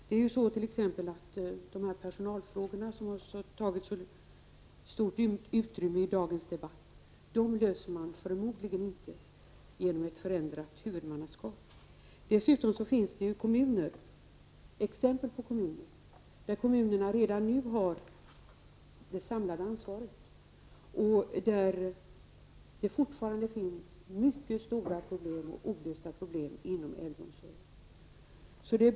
Det är så att t.ex. personalfrågorna, som tagit så stort utrymme i dagens debatt, förmodligen inte löses genom ett förändrat huvudmannaskap. Dessutom finns det exempel på kommuner som redan nu har det samlade ansvaret men där det fortfarande finns mycket stora problem och olösta problem inom äldreomsorgen.